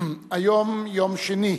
היום יום שני,